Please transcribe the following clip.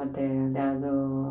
ಮತ್ತು ಅದು ಯಾವುದು